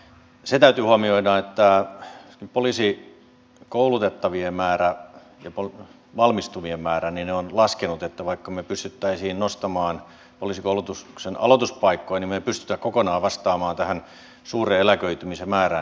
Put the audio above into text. se täytyy huomioida että poliisikoulutettavien määrä ja valmistuvien määrät ovat laskeneet niin että vaikka me pystyisimme nostamaan poliisikoulutuksen aloituspaikkoja niin me emme pysty kokonaan vastaamaan tähän suureen eläköitymisen määrään